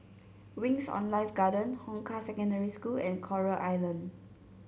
Wings On Life Garden Hong Kah Secondary School and Coral Island